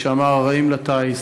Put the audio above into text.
שאמר "הרעים לטיס",